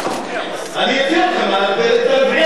אני אוציא אתכם, את הרביעייה אני אוציא עכשיו.